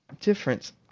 difference